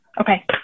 Okay